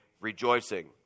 rejoicing